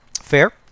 Fair